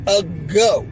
ago